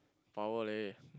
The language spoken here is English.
power leh